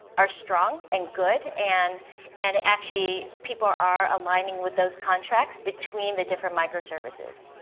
are strong and good and and actually people are are aligning with those contracts between the different microservices.